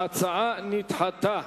ההצעה נדחתה.